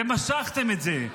ומשכתם את זה.